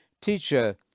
Teacher